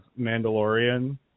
Mandalorian